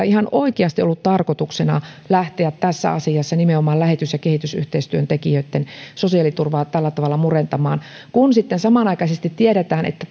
ihan oikeasti ollut tarkoituksena lähteä tässä asiassa nimenomaan lähetys ja kehitysyhteistyöntekijöitten sosiaaliturvaa tällä tavalla murentamaan kun sitten samanaikaisesti tiedetään että